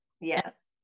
Yes